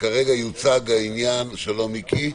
שכרגע יוצג העניין ------ שלום, מיקי.